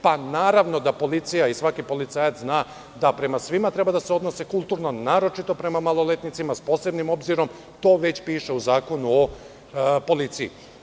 Pa naravno da policija i svaki policajac zna da prema svima treba da se odnose kulturno, naročito prema maloletnicima, s posebnim obzirom, to već piše u Zakonu o policiji.